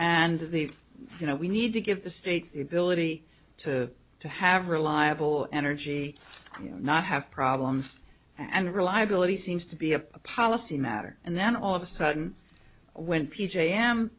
and the you know we need to give the states the ability to to have reliable energy and not have problems and reliability seems to be a policy matter and then all of a sudden when p